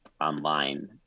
online